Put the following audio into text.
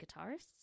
guitarists